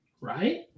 Right